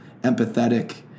empathetic